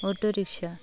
auto Rikshaw